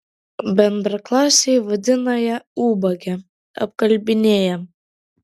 bendraklasiai vadina ją ubage apkalbinėja